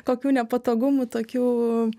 kokių nepatogumų tokių